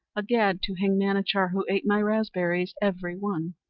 a gad to hang manachar, who ate my raspberries every one.